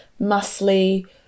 muscly